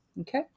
okay